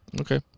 Okay